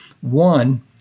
one